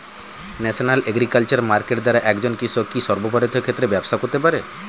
National agriculture market দ্বারা একজন কৃষক কি সর্বভারতীয় ক্ষেত্রে ব্যবসা করতে পারে?